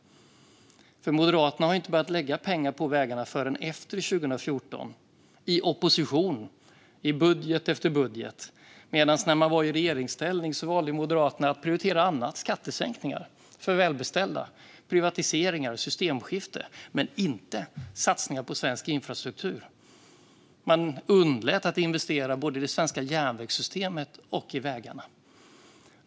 Moderaterna har ju inte börjat lägga pengar på vägarna förrän i opposition efter 2014, i budget efter budget. I regeringsställning valde Moderaterna att prioritera annat framför satsningar på svensk infrastruktur, till exempel skattesänkningar för välbeställda, privatiseringar och systemskifte. Man underlät att investera både i det svenska järnvägssystemet och i vägarna.